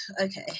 okay